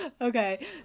Okay